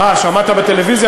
אה, שמעת בטלוויזיה?